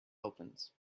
opens